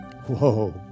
Whoa